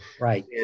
Right